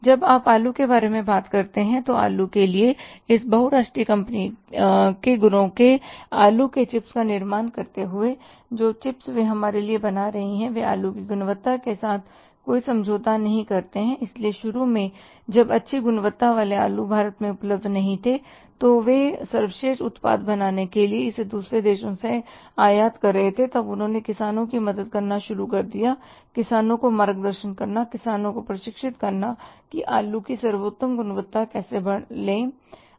जब आप आलू के बारे में बात करते हैं आलू के लिए इस बहु राष्ट्रीय कंपनियों के गुणों के आलू के चिप्स का निर्माण करते हुए जो चिप्स वे हमारे लिए बना रहे हैं वे आलू की गुणवत्ता के साथ कोई समझौता नहीं करते हैं इसलिए शुरू में जब अच्छी गुणवत्ता वाले आलू भारत में उपलब्ध नहीं थे तो वे सर्वश्रेष्ठ उत्पाद बनाने के लिए इसे दूसरे देशों से आयात कर रहे थे तब उन्होंने किसानों की मदद करना शुरू कर दिया किसानों का मार्गदर्शन करना किसानों को प्रशिक्षित करना कि आलू की सर्वोत्तम गुणवत्ता कैसे बढ़े